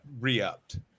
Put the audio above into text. re-upped